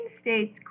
states